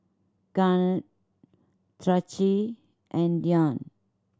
Garnet Traci and Dion